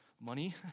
money